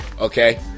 Okay